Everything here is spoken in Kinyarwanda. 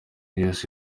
yose